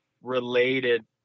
related